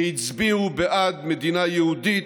שהצביעו בעד מדינה יהודית,